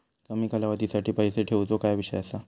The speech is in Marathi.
कमी कालावधीसाठी पैसे ठेऊचो काय विषय असा?